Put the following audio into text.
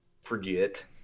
forget